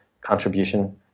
contribution